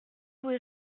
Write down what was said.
oui